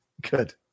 Good